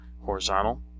Horizontal